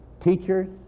teachers